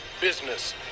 business